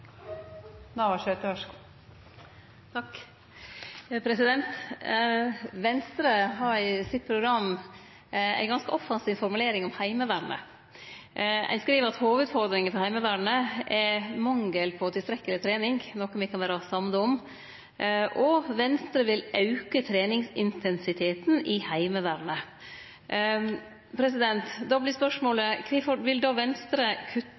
Venstre har i sitt program ei ganske offensiv formulering om Heimevernet. Ein skriv at hovudutfordringa for Heimevernet er mangel på tilstrekkeleg trening – noko me kan vere samde i – og Venstre vil auke treningsintensiteten i Heimevernet. Då vert spørsmålet: Kvifor vil Venstre kutte